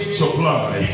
supply